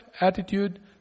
attitude